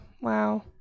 wow